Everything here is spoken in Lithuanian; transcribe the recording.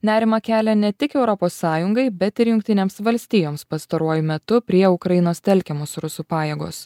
nerimą kelia ne tik europos sąjungai bet ir jungtinėms valstijoms pastaruoju metu prie ukrainos telkiamos rusų pajėgos